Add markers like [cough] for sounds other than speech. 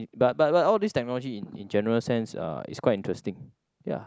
[noise] but but but all this technology in in general sense uh is quite interesting ya